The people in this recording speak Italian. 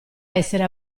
essere